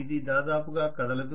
ఇది దాదాపుగా కదలదు